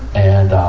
and,